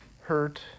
hurt